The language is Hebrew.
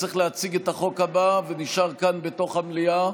שצריך להציג את החוק הבא ונשאר כאן בתוך המליאה.